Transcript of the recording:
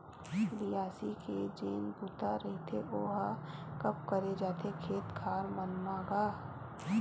बियासी के जेन बूता रहिथे ओहा कब करे जाथे खेत खार मन म गा?